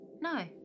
No